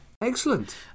Excellent